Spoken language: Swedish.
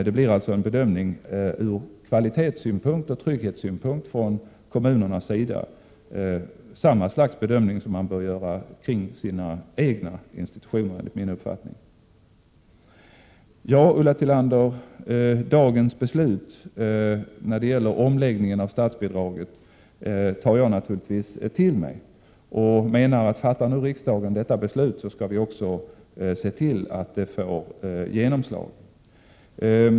Det blir alltså en bedömning ur kvalitetsoch trygghetssynpunkt från kommunernas sida — för övrigt samma slags bedömning som de bör göra beträffande sina egna institutioner, enligt min uppfattning. Ja, Ulla Tillander, dagens beslut när det gäller omläggningen av statsbidraget tar jag naturligtvis till mig. Jag menar att fattar riksdagen detta beslut, så skall vi också se till att det får genomslag.